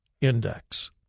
index